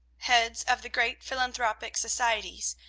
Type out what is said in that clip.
heads of the great philanthropic societies,